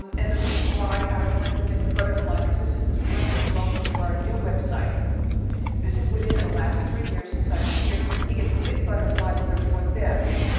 um and the reason why our director gets a butterfly because this is is the director's welcome for our new website this is within the last three years since i was here he gets a big butterfly here for this.